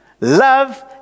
Love